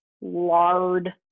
lard